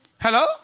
Hello